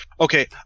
okay